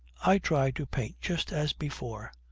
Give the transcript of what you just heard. i try to paint just as before.